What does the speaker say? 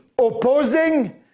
opposing